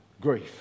grief